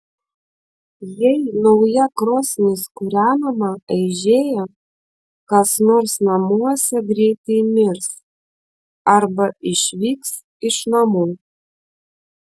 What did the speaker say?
jei nauja krosnis kūrenama aižėja kas nors namuose greitai mirs arba išvyks iš namų